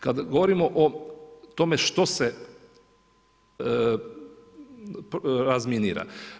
Kada govorimo o tome što se razminira.